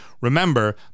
remember